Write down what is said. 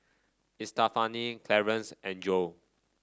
Estefani Clarence and Joe